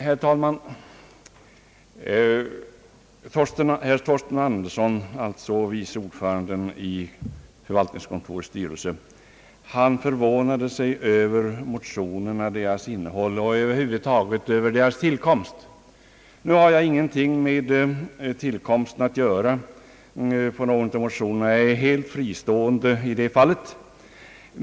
Herr Torsten Andersson förvånade sig över motionerna, över deras innehåll och över huvud taget över deras tillkomst. Nu har jag ingenting med tillkomsten att göra när det gäller motionerna utan är helt fristående i det fallet.